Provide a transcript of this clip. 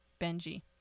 Benji